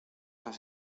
las